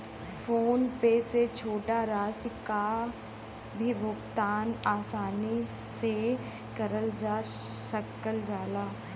phone पे से छोटा राशि क भी भुगतान आसानी से करल जा सकल जाला